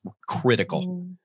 critical